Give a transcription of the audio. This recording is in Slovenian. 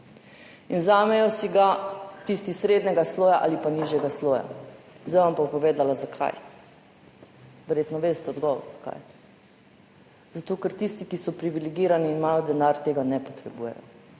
in vzamejo si ga tisti srednjega sloja ali pa nižjega sloja. Zdaj bom pa povedala, zakaj. Verjetno veste odgovor, zakaj. Zato ker tisti, ki so privilegirani in imajo denar, tega ne potrebujejo.